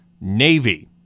Navy